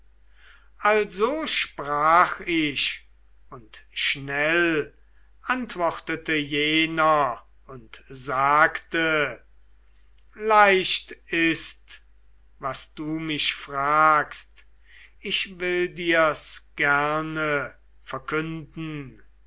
also sprach ich und schnell antwortete jener und sagte leicht ist was du mich fragst ich will dir's gerne verkünden